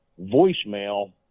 voicemail